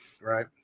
right